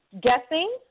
guessing